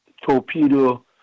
torpedo